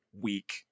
week